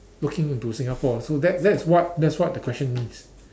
looking into Singapore so that's that is what that's what the question means